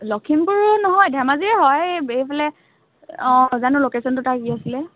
লখিমপুৰৰ নহয় ধেমাজিৰে হয় সেইফালে অঁ জানো লোকেচনটো তাৰ কি আছিলে